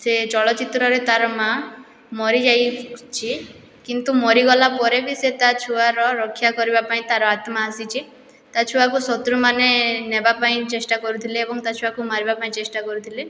ସେ ଚଳଚ୍ଚିତ୍ରରେ ତାର ମା' ମରିଯାଇଛି କିନ୍ତୁ ମରିଗଲା ପରେ ବି ସେ ତା ଛୁଆର ରକ୍ଷା କରିବା ପାଇଁ ତାର ଆତ୍ମା ଆସିଛି ତା' ଛୁଆକୁ ଶତ୍ରୁମାନେ ନେବା ପାଇଁ ଚେଷ୍ଟା କରୁଥିଲେ ଏବଂ ତା' ଛୁଆକୁ ମାରିବା ପାଇଁ ଚେଷ୍ଟା କରୁଥିଲେ